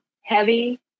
heavy